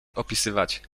opisywać